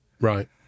Right